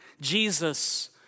Jesus